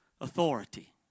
authority